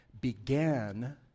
began